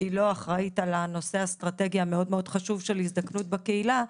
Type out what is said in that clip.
היא לא אחראית על הנושא האסטרטגי המאוד מאוד חשוב של הזדקנות בקהילה,